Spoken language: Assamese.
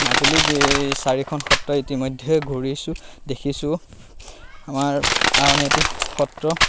মাজুলীৰ চাৰিখন সত্ৰ ইতিমধ্যে ঘূৰিছোঁ দেখিছোঁ আমাৰ আউনিআতি সত্ৰ